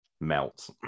Melt